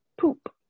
poop